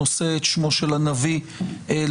נושא את שמו של הנביא לשווא.